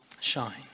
shine